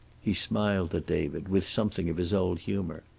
he smiled at david with something of his old humor.